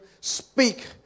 speak